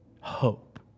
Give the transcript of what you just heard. hope